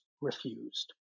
refused